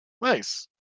Nice